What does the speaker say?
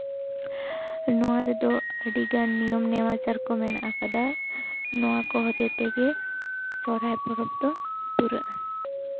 ᱱᱚᱣᱟ ᱨᱮᱫᱚ ᱟᱹᱰᱤ ᱜᱟᱱ ᱱᱤᱭᱚᱢ ᱱᱮᱢᱟᱪᱟᱨ ᱠᱚ ᱢᱮᱱᱟᱜ ᱟᱠᱟᱫᱟ ᱱᱚᱣᱟ ᱠᱚ ᱦᱚᱛᱮ ᱛᱮᱜᱮ ᱥᱚᱨᱦᱟᱭ ᱯᱚᱨᱚᱵᱽ ᱫᱚ ᱯᱩᱨᱟᱹᱜᱼᱟ